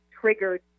triggered